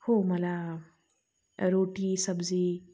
हो मला रोटी सब्जी